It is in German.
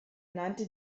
nannte